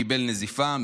קיבל נזיפה.